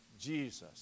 Jesus